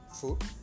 food